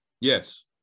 Yes